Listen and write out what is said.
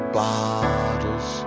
bottles